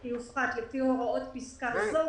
הכולל שיופחת לפי הוראות פסקה זו